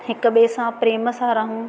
हिक ॿिए सां प्रेम सां रहूं